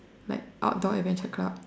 like outdoor adventure club